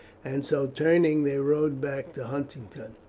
and so turning they rowed back to huntingdon.